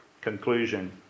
conclusion